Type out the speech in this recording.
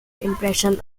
impressions